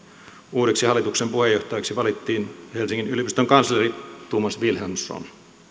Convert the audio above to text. uudeksi hallituksen puheenjohtajaksi valittiin helsingin yliopiston kansleri thomas wilhelmsson